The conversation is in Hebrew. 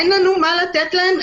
אין לנו מה לתת להן,